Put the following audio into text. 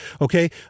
okay